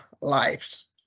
lives